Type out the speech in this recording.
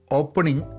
opening